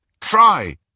try